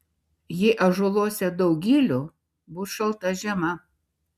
jei ąžuoluose daug gilių bus šalta žiema